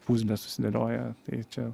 puzlė susidėlioja tai čia